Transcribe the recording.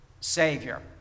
Savior